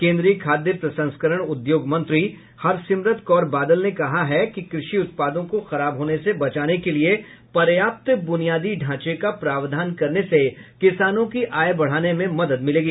केन्द्रीय खाद्य प्रसंस्करण उद्योग मंत्री हरसिमरत कौर बादल ने कहा है कि क़षि उत्पादों को खराब होने से बचाने के लिए पर्याप्त ब्रनियादी ढांचे का प्रावधान करने से किसानों की आय बढ़ाने में मदद मिलेगी